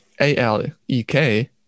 A-L-E-K